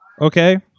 Okay